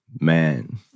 man